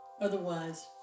Otherwise